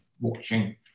watching